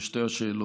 על שתי השאלות.